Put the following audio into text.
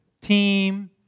team